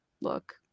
look